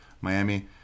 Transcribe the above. Miami